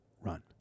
run